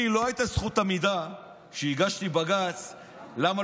לי לא הייתה זכות עמידה כשהגשתי בג"ץ למה